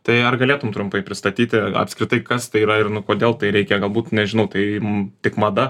tai ar galėtum trumpai pristatyti apskritai kas tai yra ir kodėl tai reikia galbūt nežinau tai tik mada